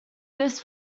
this